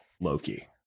Loki